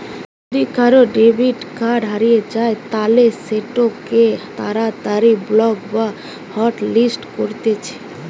যদি কারুর debit card হারিয়ে যায় তালে সেটোকে তাড়াতাড়ি ব্লক বা হটলিস্ট করতিছে